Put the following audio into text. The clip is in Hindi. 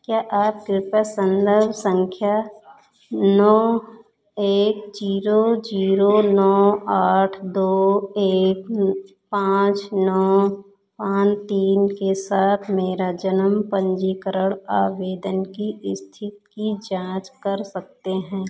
क्या आप कृपया संदर्भ संख्या नौ एक जीरो जीरो नौ आठ दो एक पाँच नौ पाँच तीन के साथ मेरे जन्म पंजीकरण आवेदन की स्थिति की जांच कर सकते हैं